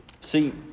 See